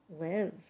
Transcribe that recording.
live